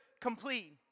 complete